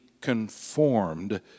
conformed